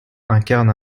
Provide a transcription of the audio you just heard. incarne